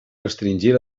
restringir